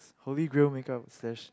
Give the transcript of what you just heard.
hologram makeup sheesh